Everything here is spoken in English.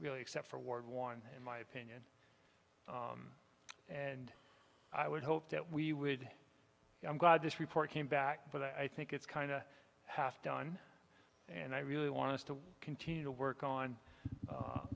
really except for ward one in my opinion and i would hope that we would i'm glad this report came back but i think it's kind of half done and i really want to continue to work on